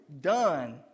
done